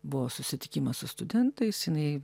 buvo susitikimas su studentais jinai